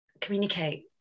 communicate